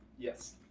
yes.